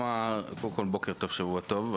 קודם כל, בוקר טוב ושבוע טוב.